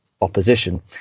opposition